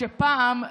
פעם,